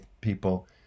people